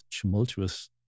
tumultuous